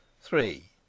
three